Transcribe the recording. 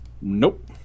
Nope